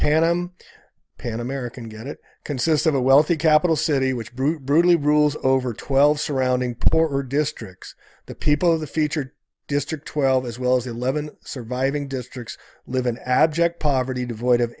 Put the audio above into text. pan pan american get it consists of a wealthy capital city which brutally rules over twelve surrounding poor districts the people of the featured district twelve as well as eleven surviving districts live in abject poverty devoid of